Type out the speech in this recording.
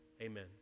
Amen